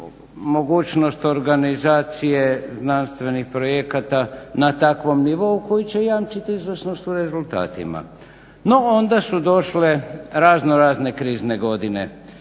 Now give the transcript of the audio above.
mogućnost organizacije znanstvenih projekata na takvom nivou koji će jamčiti izvršnost u rezultatima. No, onda su došle razno, razne krizne godine,